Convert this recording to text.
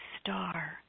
star